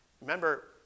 Remember